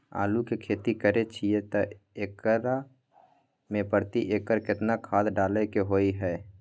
आलू के खेती करे छिये त एकरा मे प्रति एकर केतना खाद डालय के होय हय?